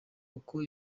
uko